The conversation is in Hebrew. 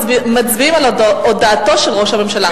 מצביעים על הודעתו של ראש הממשלה.